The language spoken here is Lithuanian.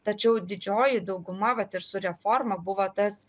tačiau didžioji dauguma vat ir su reforma buvo tas